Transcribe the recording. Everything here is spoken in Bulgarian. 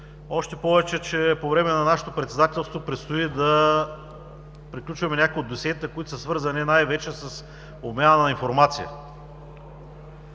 още повече че по време на нашето председателство предстои да приключим някои от досиетата, които са свързани най вече с обмяна на информация.